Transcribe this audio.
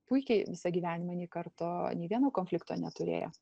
puikiai visą gyvenimą nė karto nė vieno konflikto neturėję